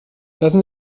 lassen